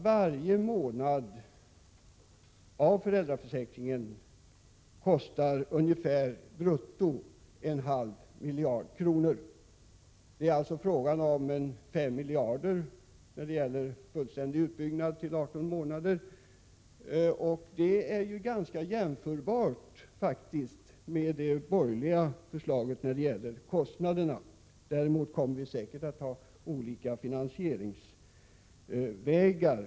Varje månad av föräldraförsäkringen kostar ungefär en halv miljard kronor brutto. Det är alltså fråga om en kostnad på 5 miljarder för en fullständig utbyggnad till 18 månader, och det är ganska jämförbart med kostnaden för det borgerliga förslaget. Däremot kommer vi säkert att ha olika finansieringsvägar.